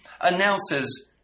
announces